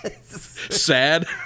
Sad